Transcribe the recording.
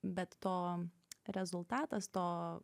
bet to rezultatas to